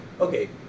Okay